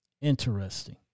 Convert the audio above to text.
Interesting